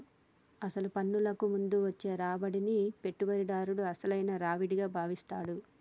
అసలు పన్నులకు ముందు వచ్చే రాబడిని పెట్టుబడిదారుడు అసలైన రావిడిగా భావిస్తాడు